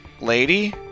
lady